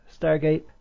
Stargate